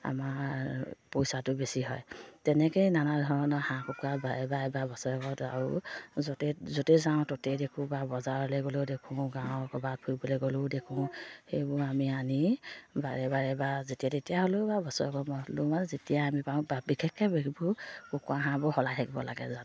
আমাৰ পইচাটো বেছি হয় তেনেকেই নানা ধৰণৰ হাঁহ কুকুৰা বাৰে বাৰে বা বছৰেকত আৰু য'তে য'তে যাওঁ ত'তে দেখোঁ বা বজাৰলৈ গ'লেও দেখোঁ গাঁৱৰ ক'ৰবাত ফুৰিবলৈ গ'লেও দেখোঁ সেইবোৰ আমি আনি বাৰে বাৰে বা যেতিয়া তেতিয়াহ'লেও বা বছৰেকৰ হ'লেও মানে যেতিয়া আমি পাওঁ বা বিশেষকৈ এইবোৰ কুকুৰা হাঁহবোৰ সলাই থাকিব লাগে জাত